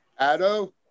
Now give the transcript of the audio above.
Addo